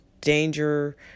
danger